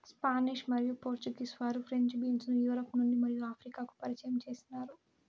Spanish మరియు Portuguese వారు French beans ను యూరప్ మరియు ఆఫ్రికాకు పరిచయం చేసినారు